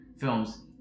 films